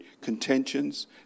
contentions